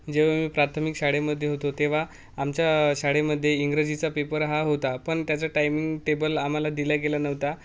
जेव्हा मी प्राथमिक शाळेमध्ये होतो तेव्हा आमच्या शाळेमध्ये इंग्रजीचा पेपर हा होता पण त्याचा टायमिंग टेबल आम्हाला दिला गेला नव्हता